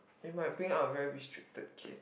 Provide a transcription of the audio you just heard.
we might bring up a very restricted kid